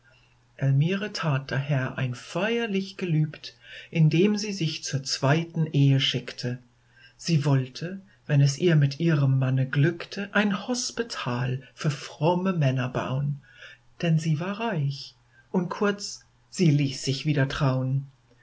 tat daher ein feierlich gelübd indem sie sich zur zweiten ehe schickte sie wollte wenn es ihr mit ihrem manne glückte ein hospital für fromme männer baun denn sie war reich und kurz sie ließ sich wieder traun